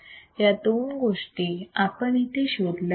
या दोन गोष्टी आपण इथे शोधल्या आहेत